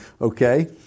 okay